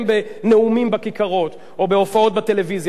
בנאומים בכיכרות או בהופעות בטלוויזיה,